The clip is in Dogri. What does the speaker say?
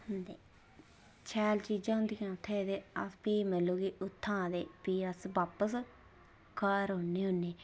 ते शैल चीज़ां होंदियां उत्थि ते भी मतलब की उत्थां अस बापस घर औने होन्ने